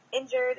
injured